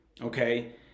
okay